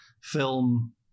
film